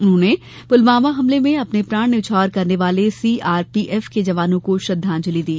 उन्होंने पुलवामा हमले में अपने प्राण न्यौछावर करने वाले सीआरपीएफ के जवानों को श्रद्धांजलि दी